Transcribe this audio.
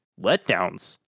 letdowns